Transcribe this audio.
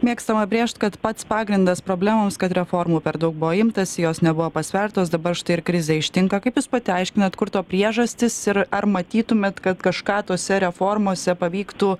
mėgstama brėžt kad pats pagrindas problemoms kad reformų per daug buvo imtasi jos nebuvo pasvertos dabar štai ir krizė ištinka kaip jūs pati aiškinat kur to priežastys ir ar matytumėt kad kažką tose reformose pavyktų